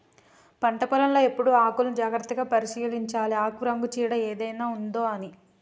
పంట పొలం లో ఎప్పుడు ఆకుల్ని జాగ్రత్తగా పరిశీలించాలె ఆకుల రంగు చీడ ఏదైనా ఉందొ అని